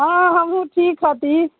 हँ हमहुँ ठीक हति